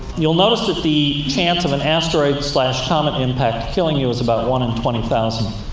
you'll notice that the chance of an asteroid-slash-comet impact killing you is about one in twenty thousand,